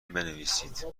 بنویسید